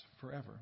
forever